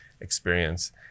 experience